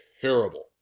terrible